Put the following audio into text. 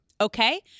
okay